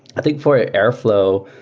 i think for airflow,